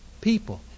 people